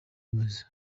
bimeze